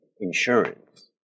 insurance